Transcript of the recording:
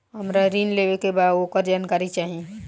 हमरा ऋण लेवे के बा वोकर जानकारी चाही